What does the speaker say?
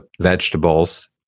vegetables